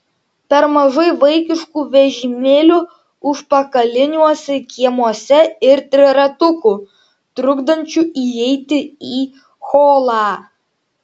per mažai vaikiškų vežimėlių užpakaliniuose kiemuose ir triratukų trukdančių įeiti į holą